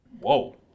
Whoa